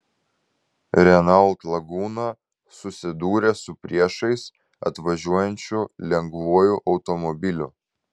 renault laguna susidūrė su priešais atvažiuojančiu lengvuoju automobiliu